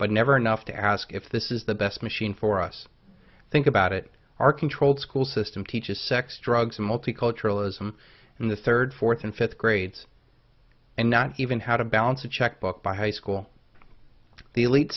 but never enough to ask if this is the best machine for us think about it our controlled school system teaches sex drugs and multiculturalism and the third fourth and fifth grades and not even how to balance a checkbook by high school the elite